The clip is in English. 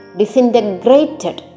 disintegrated